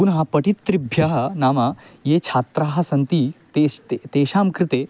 पुनः पठितृभ्यः नाम ये छात्राः सन्ति तेषां ते तेषां कृते